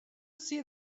see